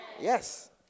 Yes